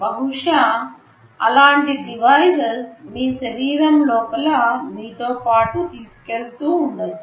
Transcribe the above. బహుశా అలాంటి డివైసెస్ మీ శరీరం లోపల మీతో పాటు తీసుకెళ్తూ ఉండొచ్చు